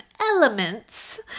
elements